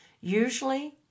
Usually